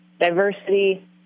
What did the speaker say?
diversity